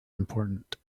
important